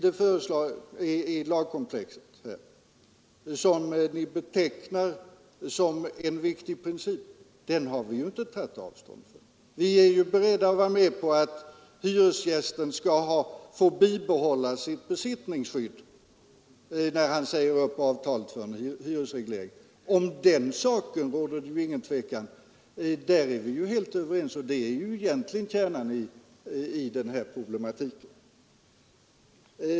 Den princip i lagkomplexet som ni betecknar som så viktig har vi ju inte tagit avstånd från; vi är beredda att gå med på att hyresgästen skall få bibehålla sitt besittningsskydd när avtalet om hyresreglering sägs upp. Om den saken råder det inga skilda meningar. Där är vi alla helt överens. Och det är ju egentligen kärnan 'i denna problematik.